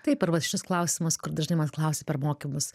taip šitas klausimas kur dažnai manęs klausia per mokymus